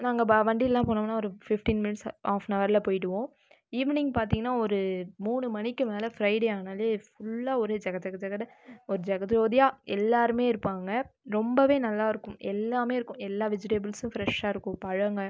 நாங்கள் இப்போ வண்டிலெலாம் போனோம்னா ஒரு ஃபிஃப்டின் மினிட்ஸ் ஹாஃப் அன் அவரில் போயிடுவோம் ஈவினிங் பார்த்திங்கன்னா ஒரு மூணு மணிக்கு மேல் ஃப்ரைடே ஆனாலே ஃபுல்லாக ஒரே ஜக ஜக ஜகன்னு ஒரு ஜகஜோதியாக எல்லோருமே இருப்பாங்க ரொம்பவே நல்லாயிருக்கும் எல்லாமே இருக்கும் எல்லா வெஜிடபுள்ஸும் ஃப்ரெஷாயிருக்கும் பழங்கள்